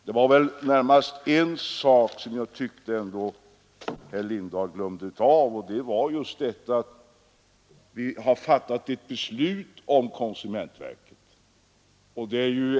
Det var närmast en sak som jag ändå tyckte att herr Lindahl glömde, och det var just att vi har fattat ett beslut om konsumentverket.